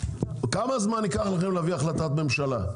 כמה זמן ייקח לכם להביא החלטת ממשלה?